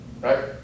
right